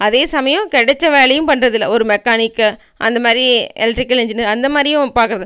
அதே சமயம் கிடச்ச வேலையும் பண்ணுறதில்ல ஒரு மெக்கானிக்கு அந்த மாரி எலெக்ட்ரிக்கல் இன்ஜினியர் அந்த மாரியும் பார்க்கறது